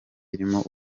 irimo